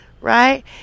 Right